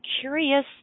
curious